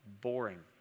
boring